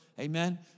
Amen